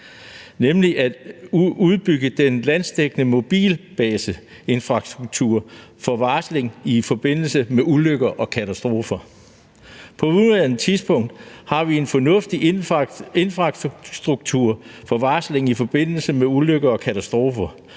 nemlig at udbygge den landsdækkende infrastruktur for varsling i forbindelse med ulykker og katastrofer. På nuværende tidspunkt har vi en fornuftig infrastruktur for varsling i forbindelse med ulykker og katastrofer,